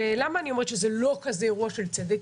למה אני אומרת שזה לא כזה אירוע של צדק?